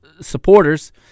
supporters